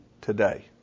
today